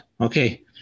Okay